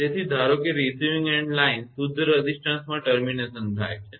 તેથી ધારો કે રિસીવીંગ એન્ડ લાઇન શુદ્ધ રેઝિસ્ટન્સમાં ટર્મિનેશનસમાપ્ત થાય છે